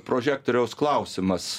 prožektoriaus klausimas